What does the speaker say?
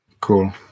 Cool